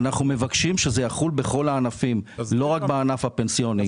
אנחנו מבקשים שזה יחול בכל הענפים ולא רק בענף הפנסיוני.